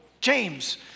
James